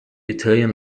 italian